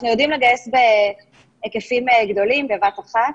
אנחנו יודעים לגייס בהיקפים גדולים בבת אחת,